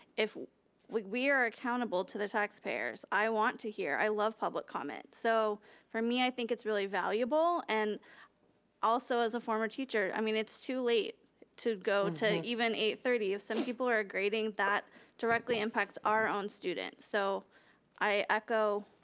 if we we are accountable to the taxpayers, i want to hear. i love public comment. so for me, i think it's really valuable, and also as a former teacher, i mean it's too late to go to even eight thirty. some people are grading. that directly impacts our own students. so i echo